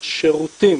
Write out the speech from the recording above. שירותים.